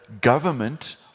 government